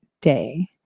day